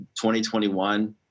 2021